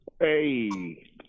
Hey